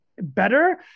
better